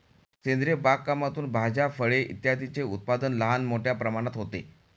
सेंद्रिय बागकामातून भाज्या, फळे इत्यादींचे उत्पादन लहान मोठ्या प्रमाणात होते